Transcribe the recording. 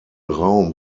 raum